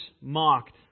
mocked